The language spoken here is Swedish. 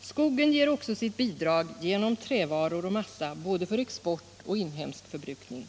Skogen ger också sitt bidrag genom trävaror och massa för både export och inhemsk förbrukning.